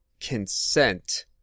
consent